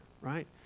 right